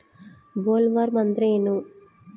Bollworm ಅಂದ್ರೇನು?